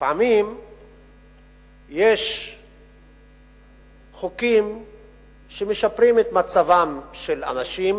לפעמים יש חוקים שמשפרים את מצבם של אנשים